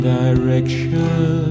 direction